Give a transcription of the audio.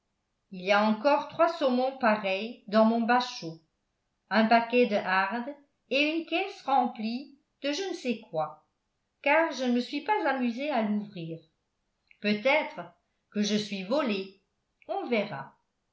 il y a encore trois saumons pareils dans mon bachot un paquet de hardes et une caisse remplie de je ne sais quoi car je ne me suis pas amusé à l'ouvrir peut-être que je suis volé on verra